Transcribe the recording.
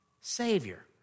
Savior